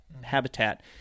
habitat